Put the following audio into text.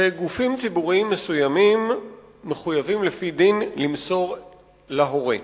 שגופים ציבוריים מסוימים מחויבים לפי דין למסור להורה.